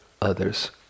others